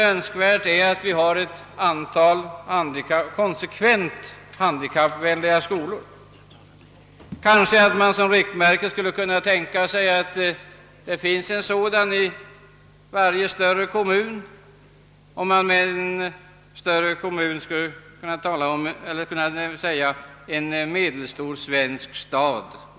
Önskvärt är emellertid att det finns ett antal konsekvent handikappvänliga skolor. Kanske man som riktmärke skulle kunna tänka sig att det bör finnas en sådan skola i varje större kommun — med »större kommun» avser jag då, vad folkmängden beträffar, en medelstor svensk stad.